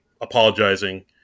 apologizing